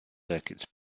circuits